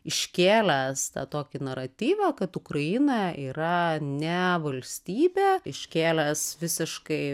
iškėlęs tą tokį naratyvą kad ukraina yra ne valstybė iškėlęs visiškai